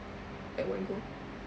at one go